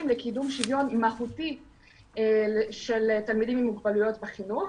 לקידום שוויון --- של תלמידים עם מוגבלויות בחינוך,